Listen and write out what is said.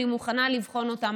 אני מוכנה לבחון אותם,